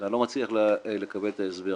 ואני לא מצליח לקבל את ההסבר.